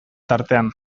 tartean